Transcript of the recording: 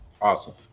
Awesome